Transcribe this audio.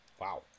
Wow